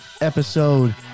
episode